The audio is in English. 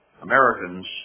Americans